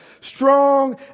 strong